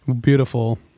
beautiful